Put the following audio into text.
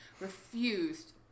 refused